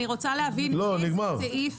אני רוצה להבין באיזה סעיף.